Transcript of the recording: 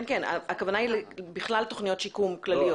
כן, הכוונה היא לתוכניות שיקום כלליות.